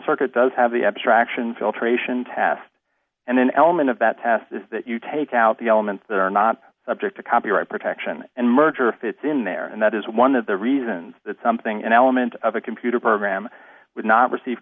circuit does have the abstraction filtration test and an element of that test is that you take out the elements that are not subject to copyright protection and merger if it's in there and that is one of the reasons that something an element of a computer program would not receive